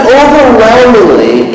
overwhelmingly